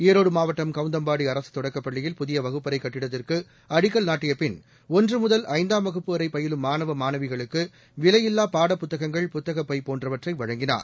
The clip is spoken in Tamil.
ஈரோடு மாவட்டம் கவுந்தம்பாடி அரசு தொடக்கப் பள்ளியில் புதிய வகுப்பறை கட்டிடத்திற்கு அடிக்கல் நாட்டிய பின் ஒன்று முதல் ஐந்தாம் வகுப்பு வரை பயிலும் மாணவ மாணவிகளுக்கு விலையில்லா பாடப்புத்தகங்கள் புத்தக பை போன்றவற்றை வழங்கினார்